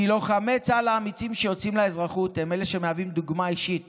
כי לוחמי צה"ל האמיצים שיוצאים לאזרחות הם שמהווים דוגמה אישית